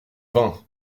vingt